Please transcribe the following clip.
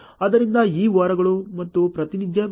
ಆದ್ದರಿಂದ ಈ ವಾರಗಳು ಮತ್ತು ಪ್ರಾತಿನಿಧ್ಯದ ವರ್ಷ